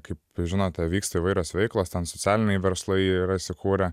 kaip žinote vyksta įvairios veiklos ten socialiniai verslai yra įsikūrę